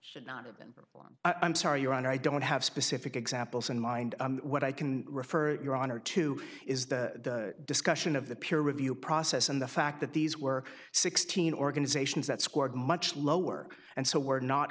should not have been long i'm sorry your honor i don't have specific examples in mind what i can refer your honor to is the discussion of the peer review process and the fact that these were sixteen organizations that scored much lower and so were not